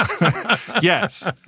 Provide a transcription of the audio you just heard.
Yes